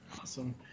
Awesome